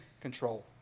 control